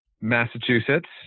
Massachusetts